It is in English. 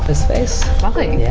space. lovely.